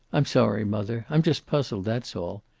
i'm sorry, mother. i'm just puzzled, that's all.